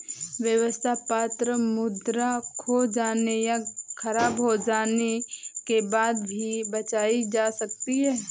व्यवस्था पत्र मुद्रा खो जाने या ख़राब हो जाने के बाद भी बचाई जा सकती है